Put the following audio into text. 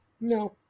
No